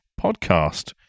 podcast